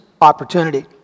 opportunity